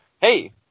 hey